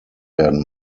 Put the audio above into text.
werden